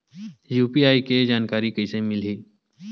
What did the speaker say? UPI के जानकारी कइसे मिलही?